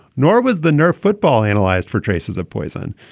nor was the nerf football analyzed for traces of poison.